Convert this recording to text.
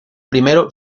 primero